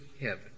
heaven